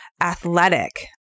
athletic